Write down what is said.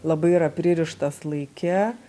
labai yra pririštas laike